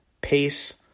pace